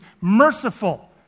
Merciful